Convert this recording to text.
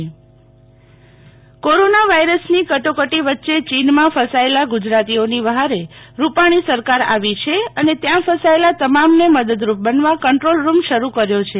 Sheetal Vaishnav corona virus ની કટોકટી વચ્ચે ચીન માં ફસાયેલા ગુજરાતીઓની વહારે રૂપાણી સરકાર આવી છે અને ત્યાં ફસાયેલા તમામ ને મદદરૂપ બનવા કંટ્રોલ રૂમ શરૂ કર્યો છે